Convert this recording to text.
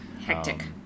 Hectic